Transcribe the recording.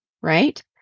right